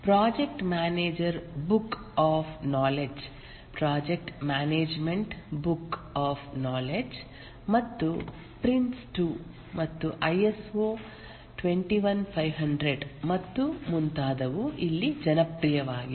project manager book of knowledge project management book of knowledge ಮತ್ತು PRINCE 2 ಮತ್ತು ISO 21500 ಮತ್ತು ಮುಂತಾದವು ಇಲ್ಲಿ ಜನಪ್ರಿಯವಾಗಿವೆ